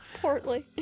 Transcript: Portly